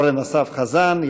אורן אסף חזן,